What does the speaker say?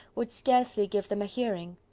would scarcely give them a hearing.